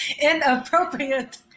Inappropriate